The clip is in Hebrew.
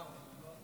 אדוני